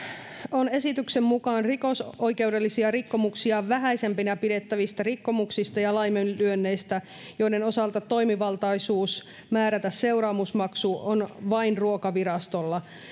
on esityksen mukaan rikosoikeudellisia rikkomuksia vähäisempinä pidettävistä rikkomuksista ja laiminlyönneistä joiden osalta toimivaltaisuus määrätä seuraamusmaksu on vain ruokavirastolla